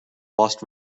lost